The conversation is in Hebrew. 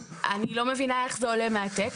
אני לא מבינה איך זה עולה מהטקסט,